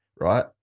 right